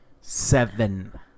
Seven